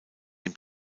dem